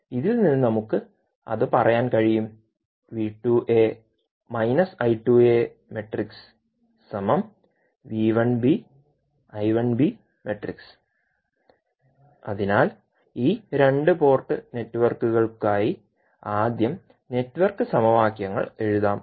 ഇതിൽ നിന്ന് നമുക്ക് അത് പറയാൻ കഴിയും അതിനാൽ ഈ രണ്ട് പോർട്ട് നെറ്റ്വർക്കുകൾക്കായി ആദ്യം നെറ്റ്വർക്ക് സമവാക്യങ്ങൾ എഴുതാം